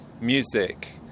music